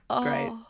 Great